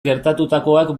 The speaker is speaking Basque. gertatutakoak